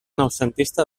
noucentista